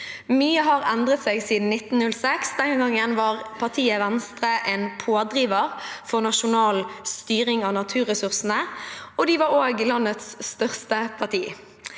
Mye har endret seg siden 1906. Den gangen var partiet Venstre en pådriver for nasjonal styring av naturressursene, og de var også landets største parti.